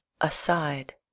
aside